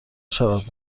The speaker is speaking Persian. شود